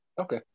Okay